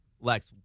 Lex